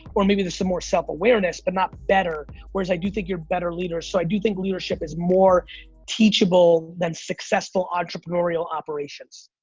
or maybe there's some more self-awareness, but not better, whereas i do think you're better leaders, so i do think leadership is more teachable than successful entrepreneurial operations.